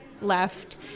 left